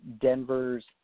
Denver's